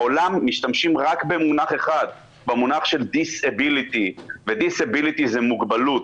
בעולם משתמשים רק במונח של disability וזו מוגבלות.